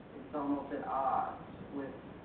so almost at odds with